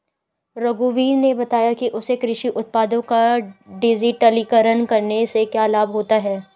रघुवीर ने बताया कि उसे कृषि उत्पादों का डिजिटलीकरण करने से क्या लाभ होता है